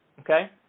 okay